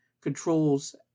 controls